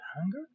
hunger